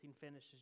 finishes